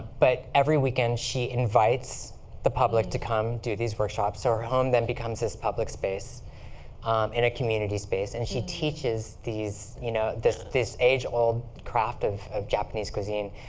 but every weekend, she invites the public to come do these workshops. so her home then becomes this public space and a community space. and she teaches you know this this age-old craft of of japanese cuisine.